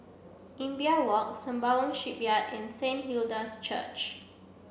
Imbiah Walk Sembawang Shipyard and Saint Hilda's Church